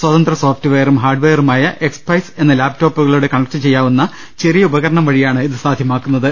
സ്വതന്ത്ര സോഫ്റ്റ്വെയറും ഹാർഡ്വെയറുമായ എക്സ്പൈസ് എന്ന ലാപ്ടോ പ്പുകളോട് കണക്ട് ചെയ്യാവുന്ന ചെറിയ ഉപകരണം വഴിയാണ് ഇത് സാധ്യമാക്കു ന്നത്